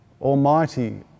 almighty